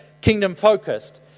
kingdom-focused